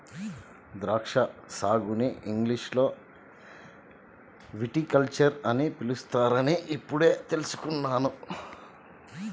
ద్రాక్షా సాగుని ఇంగ్లీషులో విటికల్చర్ అని పిలుస్తారని ఇప్పుడే తెల్సుకున్నాను